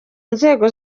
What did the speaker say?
nzego